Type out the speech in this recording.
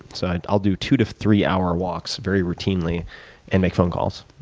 so i'll do two to three hour walks very routinely and make phone calls.